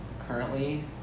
currently